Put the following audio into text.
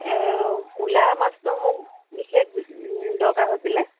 ক'লা মাছটো মোক বিশেষ দৰকাৰ হৈছিলে